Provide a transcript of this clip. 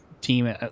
team